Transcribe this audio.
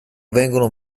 vengono